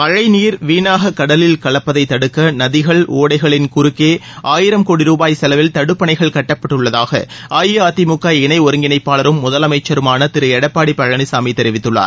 மழை நீர் வீணாகக் கடலில் கலப்பதைத் தடுக்க நதிகள் ஓடைகளின் குறுக்கே ஆயிரம் கோடி ரூபாய் செலவில் தடுப்பனைகள் கட்டப்பட்டுள்ளதாக அஇஅதிமுக இனை ஒருங்கிணைப்பாளரும் முதலமைச்சருமான திரு எடப்பாடி பழனிசாமி தெரிவித்துள்ளார்